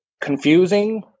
confusing